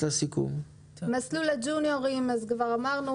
מסלול הג'וניורים כאמור,